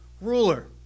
ruler